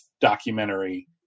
documentary